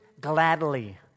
gladly